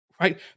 right